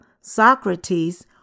Socrates